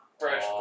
Fresh